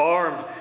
armed